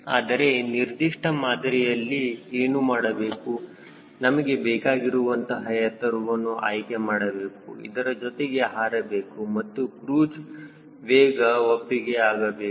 ಆದರೆ ನಿರ್ದಿಷ್ಟ ಮಾದರಿಯಲ್ಲಿ ಏನು ಮಾಡಬೇಕು ನಮಗೆ ಬೇಕಾಗಿರುವಂತಹ ಎತ್ತರವನ್ನು ಆಯ್ಕೆ ಮಾಡಬೇಕು ಇದರ ಜೊತೆಗೆ ಹಾರಬೇಕು ಮತ್ತು ಕ್ರೂಜ್ ವೇಗ ಒಪ್ಪಿಗೆ ಆಗಬೇಕು